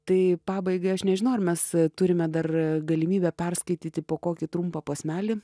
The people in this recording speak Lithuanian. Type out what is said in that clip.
tai pabaigai aš nežinau ar mes turime dar galimybę perskaityti po kokį trumpą posmelį